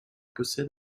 possède